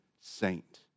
saint